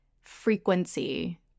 frequency